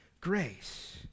grace